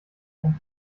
einen